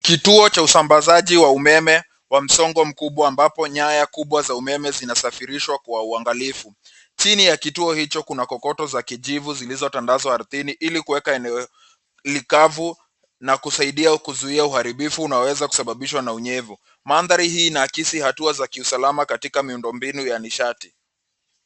Kituo cha usambazaji wa umeme wa msongo mkubwa ambapo nyaya kubwa za umeme zinasifirishwa kwa uangalifu. Chini ya kituo hicho kuna kokoto za kijivu zilizotandazwa ardhini ilikuweka eneo likavu na kusaidia kuzuia uharibifu, unaweza kusababishwa na unyevu. Mandhari hii inaakisi hatua za kiusalama katika miundo mbinu ya nishati.